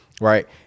right